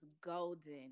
golden